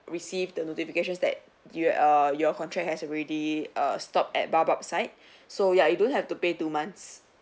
received the notifications that you err your contract has already err stop at baobab's side so ya you don't have to pay two months